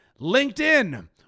LinkedIn